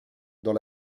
dans